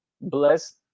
bless